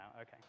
Okay